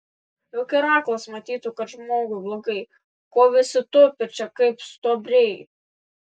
juk ir aklas matytų kad žmogui blogai ko visi tupi čia kaip stuobriai